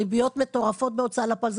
הריביות מטורפות בהוצאה לפועל.